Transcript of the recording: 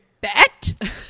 bet